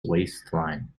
waistline